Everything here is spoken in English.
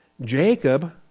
Jacob